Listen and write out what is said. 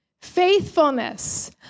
faithfulness